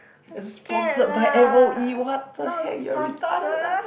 it's sponsored by m_o_e what the heck you're retarded lah